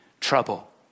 trouble